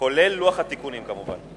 כולל לוח התיקונים כמובן.